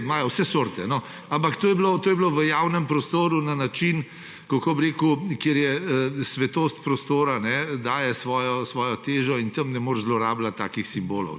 imajo vse sorte, ampak to je bilo v javnem prostoru na način, kako bi rekel, kjer je svetost prostora, daje svojo težo in tam ne moreš zlorabljati takih simbolov.